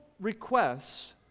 requests